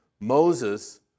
Moses